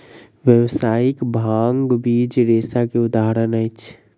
व्यावसायिक भांग बीज रेशा के उदाहरण अछि